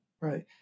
Right